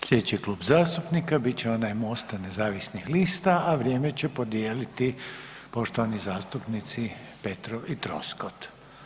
Slijedeći klub zastupnika bit će onaj MOST-a nezavisnih lista, a vrijeme će podijeliti poštovani zastupnici Petrov i Troskot.